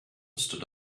stood